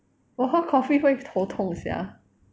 我喝 coffee 会头痛 sia